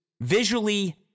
visually